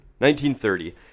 1930